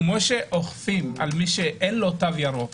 כמו שאוכפים על מי שאין לו תו ירוק